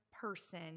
person